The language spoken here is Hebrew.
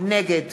נגד